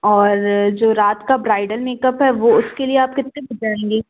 और जो रात का ब्राइडल मेकअप है वह उसके लिए आप कितने बजे आएँगी